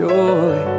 Joy